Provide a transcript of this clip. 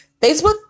Facebook